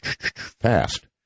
fast